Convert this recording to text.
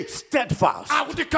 steadfast